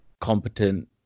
competent